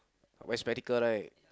wear spectacle right